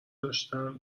داشتم